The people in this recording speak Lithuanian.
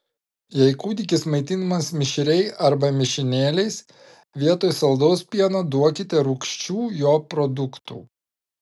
jei kūdikis maitinamas mišriai arba mišinėliais vietoj saldaus pieno duokite rūgščių jo produktų